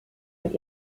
mit